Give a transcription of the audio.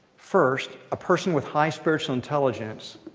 first, a person with high spiritual intelligence